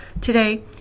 today